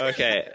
Okay